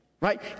Right